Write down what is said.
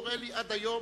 קורה לי עד היום,